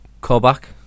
call-back